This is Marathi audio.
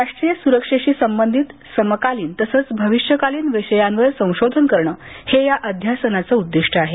राष्ट्रीय सुरक्षेशी संबंधित समकालीन तसंच भविष्यकालीन विषयांवर संशोधन करणं हे अध्यासनाचं उद्दीष्ट आहे